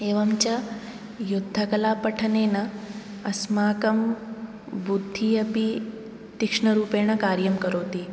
एवं च युद्धकलापठनेन अस्माकं बुद्धिः अपि तीक्ष्णरूपेण कार्यं करोति